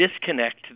disconnect